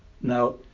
now